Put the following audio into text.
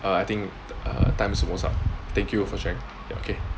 err I think uh time's almost up thank you for sharing ya okay